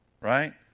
Right